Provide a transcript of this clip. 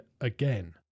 again